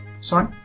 Sorry